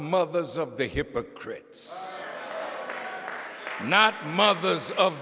mothers of the hypocrites not mothers of